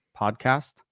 podcast